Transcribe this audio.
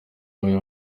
oya